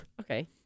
Okay